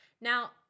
Now